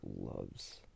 loves